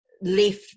left